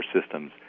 systems